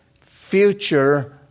future